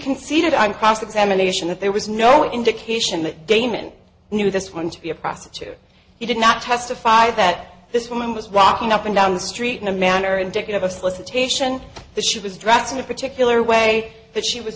examination that there was no indication that damon knew this one to be a prostitute he did not testify that this woman was walking up and down the street in a manner indicative of solicitation the she was dressed in a particular way that she was